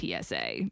TSA